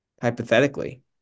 hypothetically